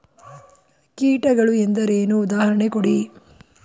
ಕೀಟಗಳು ಎಂದರೇನು? ಉದಾಹರಣೆ ಕೊಡಿ?